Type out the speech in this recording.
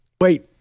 Wait